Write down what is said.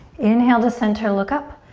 inhale to center, look up,